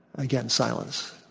again, silence.